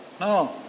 no